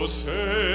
say